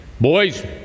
boys